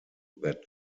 that